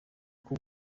uko